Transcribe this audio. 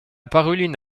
paruline